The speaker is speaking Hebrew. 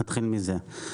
נתחיל מזה.